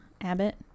Abbott